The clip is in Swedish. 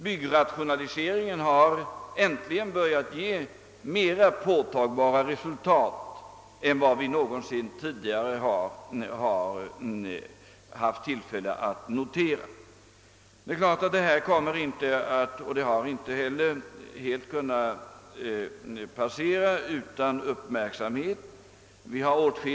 Byggrationaliseringen har äntligen börjat ge mer påtagbara resultat än vi någonsin tidigare haft tillfälle att notera. Det är klart att detta inte har kunnat passera utan uppmärksamhet.